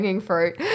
fruit